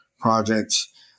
projects